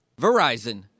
Verizon